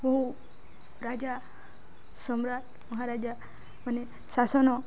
ବହୁ ରାଜା ସମ୍ରାଟ ମହାରାଜା ମାନେ ଶାସନ